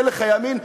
מלך הימין,